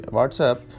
WhatsApp